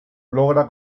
logra